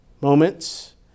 moments